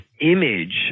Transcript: image